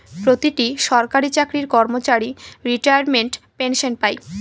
প্রতিটি সরকারি চাকরির কর্মচারী রিটায়ারমেন্ট পেনসন পাই